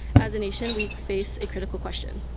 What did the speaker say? as a nation, we face a critical question.